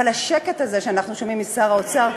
אבל השקט הזה שאנחנו שומעים משר האוצר,